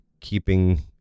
keeping